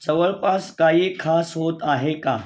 जवळपास काही खास होत आहे का